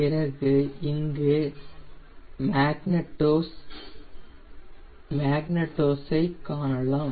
பிறகு இங்கு மகனேட்டோஸ் ஐ காணலாம்